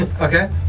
Okay